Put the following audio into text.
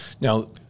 Now